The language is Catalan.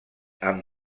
amb